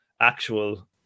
actual